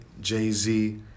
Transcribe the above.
Jay-Z